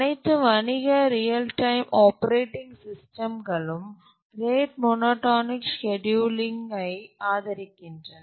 அனைத்து வணிக real time operating சிஸ்டம்களும் ரேட் மோனோடோனிக் ஸ்கேட்யூலிங் ஐ ஆதரிக்கின்றன